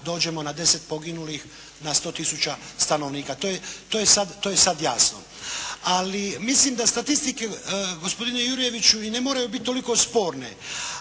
dođemo na 10 poginulih na 100 tisuća stanovnika, to je sada jasno. Ali mislim da statistike, gospodine Jurjeviću, i ne moraju biti toliko sporne